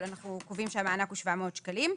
אבל אנחנו קובעים שהמענק הוא 700 שקלים.